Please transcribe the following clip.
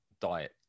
diet